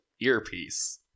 earpiece